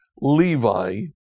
Levi